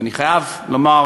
ואני חייב לומר,